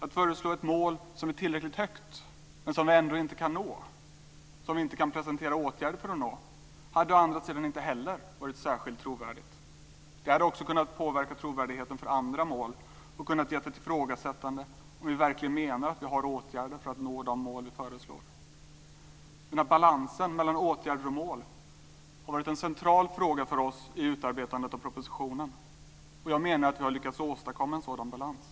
Att föreslå ett mål som är tillräckligt högt, men som vi ändå inte kan nå och som vi inte kan presentera åtgärder för att nå, hade å andra sidan inte heller varit särskilt trovärdigt. Det hade också kunnat påverka trovärdigheten för andra mål och gett ett ifrågasättande om vi verkligen menar att vi har åtgärder för att nå de mål vi föreslår. Den här balansen mellan åtgärder och mål har varit en central fråga för oss i utarbetandet av propositionen. Jag menar att vi har lyckats åstadkomma en sådan balans.